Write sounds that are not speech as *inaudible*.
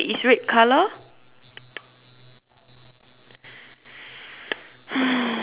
*noise*